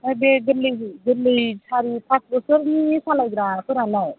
ओमफ्राय बे गोरलै गोरलै सारि फास बसरनि सालायग्राफोरालाय